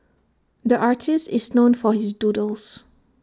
the artist is known for his doodles